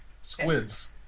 Squids